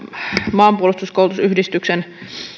maanpuolustuskoulutusyhdistyksen